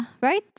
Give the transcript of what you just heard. right